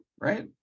right